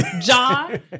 John